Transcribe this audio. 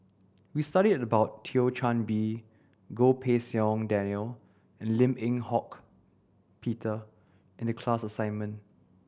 we studied about Thio Chan Bee Goh Pei Siong Daniel and Lim Eng Hock Peter in the class assignment